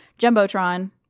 jumbotron